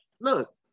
Look